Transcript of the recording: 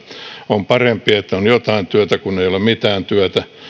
on parempi että on jotain työtä kuin ei mitään työtä